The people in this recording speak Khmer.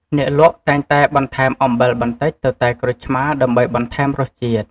អ្នកលក់តែងតែបន្ថែមអំបិលបន្តិចទៅតែក្រូចឆ្មាដើម្បីបន្ថែមរសជាតិ។